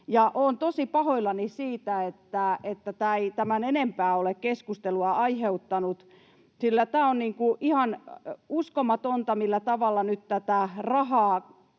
tosi pahoillani siitä, että tämä ei tämän enempää ole keskustelua aiheuttanut, sillä tämä on ihan uskomatonta, millä tavalla nyt tätä rahaa